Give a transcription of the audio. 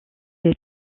les